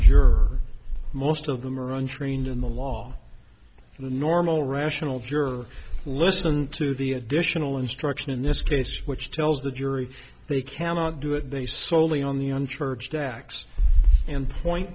juror most of them are untrained in the law and the normal rational juror listen to the additional instruction in this case which tells the jury they cannot do it they soley on the unchurched acts and point